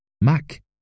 Mac